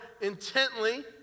intently